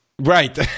Right